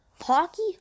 hockey